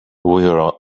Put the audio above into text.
were